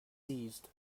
seized